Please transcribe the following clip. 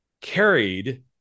carried